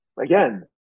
again